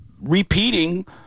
repeating